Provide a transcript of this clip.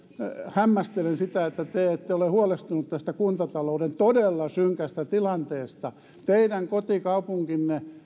hämmästelen sitä että te ette ole huolestunut tästä kuntatalouden todella synkästä tilanteesta teidän kotikaupunkinne